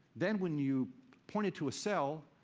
then when you pointed to a cell,